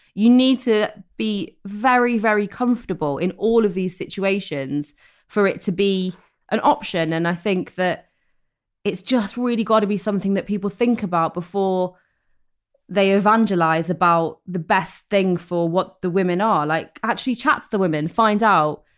you need to be very, very comfortable in all of these situations for it to be an option and i think that it's just really got to be something that people think about before they evangelise about the best thing for what the women are like actually chats the women find out.